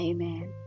Amen